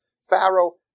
Pharaoh